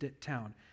town